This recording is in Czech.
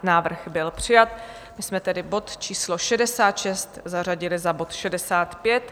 Návrh byl přijat, tím jsme tedy bod číslo 66 zařadili za bod 65.